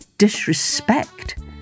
disrespect